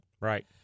Right